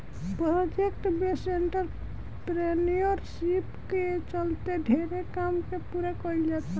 project based entrepreneurship के चलते ढेरे काम के पूरा कईल जाता